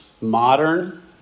modern